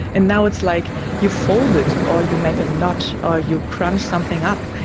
and now it's like you fold it or you make a knot or you crunch something up,